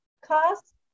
cost